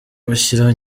bashyira